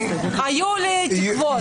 היו לי תקוות...